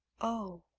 oh!